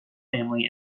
family